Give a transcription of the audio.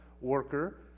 worker